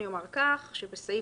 התקבלה.